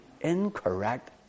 incorrect